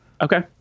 okay